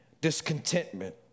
discontentment